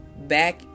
back